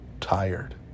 tired